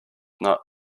not